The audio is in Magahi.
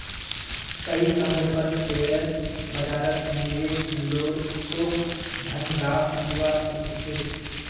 सही समय पर शेयर बाजारत निवेश तोक धन लाभ दिवा सके छे